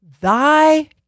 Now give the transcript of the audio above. thy